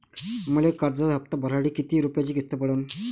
मले कर्जाचा हप्ता भरासाठी किती रूपयाची किस्त पडन?